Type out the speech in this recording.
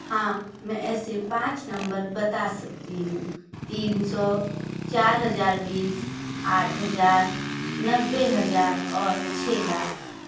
हाँ मैं ऐसे पाँच नंबर बता सकती हूँ तीन सौ चार हजार बीस आठ हजार नब्बे हजार और छः लाख